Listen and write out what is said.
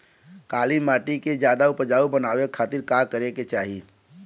काली माटी के ज्यादा उपजाऊ बनावे खातिर का करे के चाही?